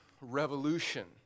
Revolution